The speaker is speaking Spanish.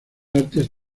artes